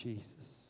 Jesus